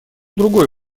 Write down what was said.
другой